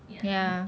ya